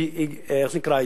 איך זה נקרא?